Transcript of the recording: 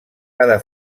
cada